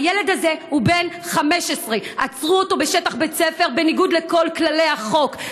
הילד הזה הוא בן 15. עצרו אותו בשטח בית הספר בניגוד לכל כללי החוק.